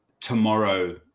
tomorrow